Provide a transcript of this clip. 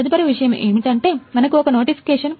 తదుపరి విషయం ఏమిటంటే మనకు ఒక నోటిఫికేషన్